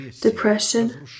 depression